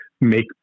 make